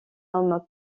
homme